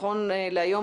נכון להיום,